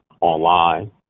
online